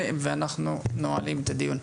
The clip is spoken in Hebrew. בשעה 11:00. אנחנו נועלים את הדיון.